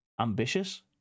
ambitious